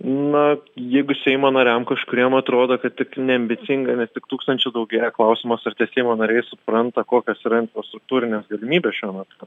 na jeigu seimo nariams kažkuriam atrodo kad tik neambicingame tik tūkstančiu daugėja klausimas ar tie seimo nariai supranta kokios yra infrastruktūrinės galimybės šiuo metu